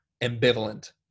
ambivalent